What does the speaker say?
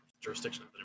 jurisdiction